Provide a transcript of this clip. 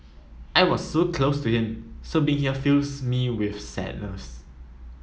I was so close to him so being here fills me with sadness